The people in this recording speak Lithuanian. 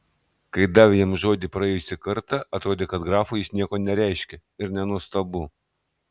kai davė jam žodį praėjusį kartą atrodė kad grafui jis nieko nereiškia ir nenuostabu